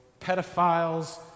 pedophiles